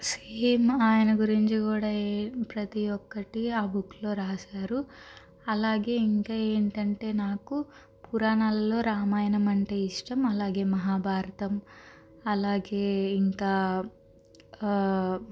same ఆయన గురించి కూడా ప్రతి ఒక్కటి ఆ బుక్లో రాశారు అలాగే ఇంకా ఏంటంటే నాకు పురాణాల్లో రామాయణం అంటే ఇష్టం అలాగే మహాభారతం అలాగే ఇంకా